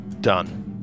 done